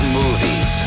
movies